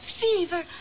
fever